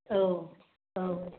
औ औ